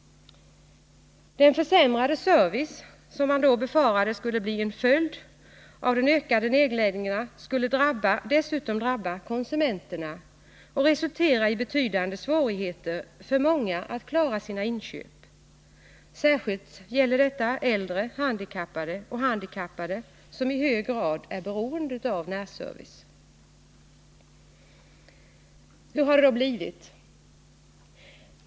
Den försämrade service som man då befarade skulle bli en följd av den förutsedda ökningen av nedläggningarna skulle dessutom drabba konsu menterna och resultera i betydande svårigheter för många att klara sina inköp. Särskilt gäller detta äldre och handikappade som i hög grad är beroende av närservice. Och hur har det då blivit?